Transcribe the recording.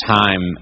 time